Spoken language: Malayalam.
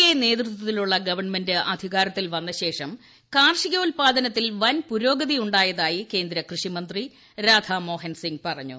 എ നേതൃത്വത്തിലുള്ള ഗവൺമെന്റ് അധികാരത്തിൽ വന്നശേഷം കാർഷികോൽപാദനത്തിൽ വൻ പുരോഗതിയുണ്ടായതായി കേന്ദ്ര കൃഷി മന്ത്രി രാധ മോഹൻ സിങ് പറഞ്ഞു